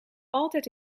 altijd